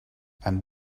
and